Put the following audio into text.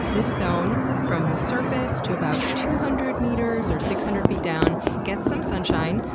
this zone, from the surface to about two hundred meters or six hundred feet down, gets some sunshine,